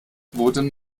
wurden